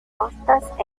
costas